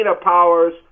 powers